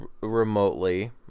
remotely